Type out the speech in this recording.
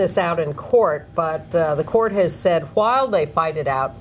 this out in court but the court has said while they fight it out